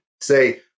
say